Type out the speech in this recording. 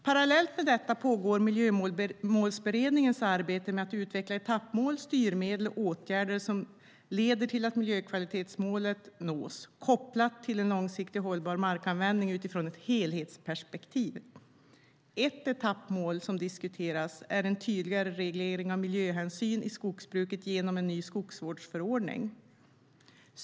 Parallellt pågår Miljömålsberedningens arbete med att utveckla etappmål, styrmedel och åtgärder som leder till att miljökvalitetsmålet nås, kopplat till en långsiktigt hållbar markanvändning utifrån ett helhetsperspektiv. Ett etappmål som diskuteras är en tydligare reglering av miljöhänsyn i skogsbruket genom en ny skogsvårdsförordning.